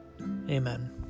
Amen